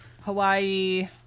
Hawaii